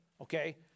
Okay